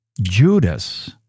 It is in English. Judas